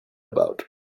about